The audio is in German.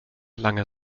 lange